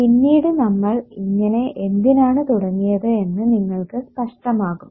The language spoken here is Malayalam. പിന്നീട് നമ്മൾ ഇങ്ങനെ എന്തിനാണ് തുടങ്ങിയത് എന്ന് നിങ്ങൾക്ക് സ്പഷ്ടമാകും